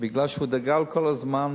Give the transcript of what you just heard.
הוא דגל כל הזמן: